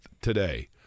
today